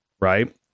right